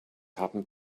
happened